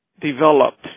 developed